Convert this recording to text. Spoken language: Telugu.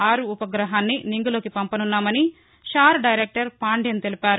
ఆర్ ఉపగ్రహాన్ని నింగిలోకి పంపనున్నామని షార్ దైరెక్టర్ పాంధ్యన్ తెలిపారు